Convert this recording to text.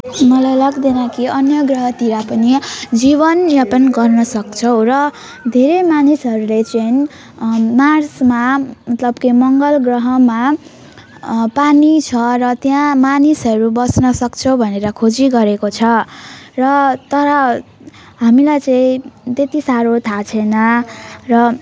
मलाई लाग्दैन कि अन्य ग्रहतिर पनि जीवनयापन गर्नसक्छौँ र धेरै मानिसहरूले चाहिँ मार्समा त के मङ्गल ग्रहमा पानी छ र त्यहाँ मानिसहरू बस्नसक्छौँ भनेर खोजी गरेको छ र तर हामीलाई चाहिँ त्यति साह्रो थाहा छैन र